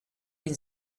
been